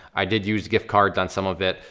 i did use gift cards on some of it.